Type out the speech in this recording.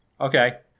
Okay